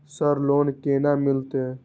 Sir loan केना मिलते?